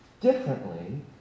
differently